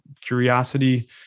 curiosity